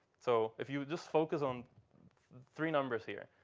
so if you just focus on three numbers here.